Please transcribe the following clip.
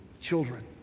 children